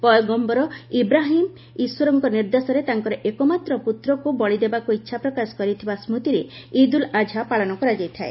ପୟଗମ୍ପର ଇବ୍ରାହିମ୍ ଈଶ୍ୱରଙ୍କ ନିର୍ଦ୍ଦେଶରେ ତାଙ୍କର ଏକମାତ୍ର ପୁତ୍ରକୁ ବଳିଦେବାକୁ ଇଚ୍ଛାପ୍ରକାଶ କରିଥିବା ସ୍କୃତିରେ ଇଦ୍ଉଲ୍ ଆଝା ପାଳନ କରାଯାଇଥାଏ